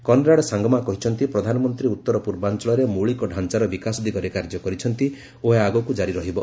Conrad Sangma କହିଛନ୍ତି ପ୍ରଧାନମନ୍ତ୍ରୀ ଉତ୍ତର ପୂର୍ବାଞ୍ଚଳରେ ମୌଳିକ ଢ଼ାଞ୍ଚାର ବିକାଶ ଦିଗରେ କାର୍ଯ୍ୟ କରିଛନ୍ତି ଓ ଏହା ଆଗକୁ ଜାରି ରହିବ